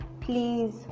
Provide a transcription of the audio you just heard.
please